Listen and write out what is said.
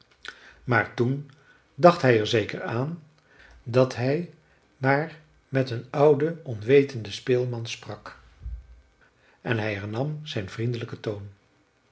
maar toen dacht hij er zeker aan dat hij maar met een ouden onwetenden speelman sprak en hij hernam zijn vriendelijken toon